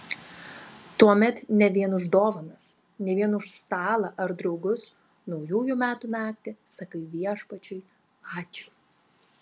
tuomet ne vien už dovanas ne vien už stalą ar draugus naujųjų metų naktį sakai viešpačiui ačiū